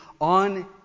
on